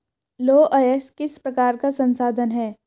लौह अयस्क किस प्रकार का संसाधन है?